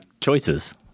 choices